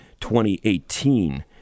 2018